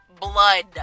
blood